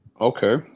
Okay